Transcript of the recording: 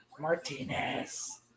Martinez